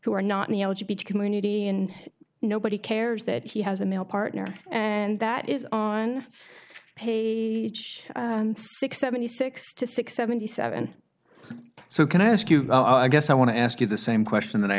who are not beach community and nobody cares that he has a male partner and that is on page six seventy six to six seventy seven so can i ask you i guess i want to ask you the same question that i